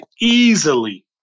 easily